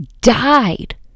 died